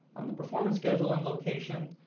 the performance schedule and location,